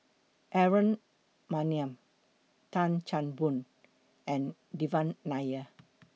Aaron Maniam Tan Chan Boon and Devan Nair